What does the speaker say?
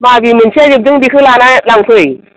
माबि मोनसेया जोबदों बेखौ लाना लांफै